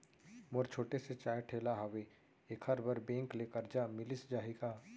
मोर छोटे से चाय ठेला हावे एखर बर बैंक ले करजा मिलिस जाही का?